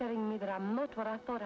telling me that i'm not what i thought